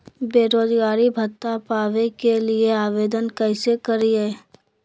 बेरोजगारी भत्ता पावे के लिए आवेदन कैसे करियय?